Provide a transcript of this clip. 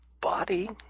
body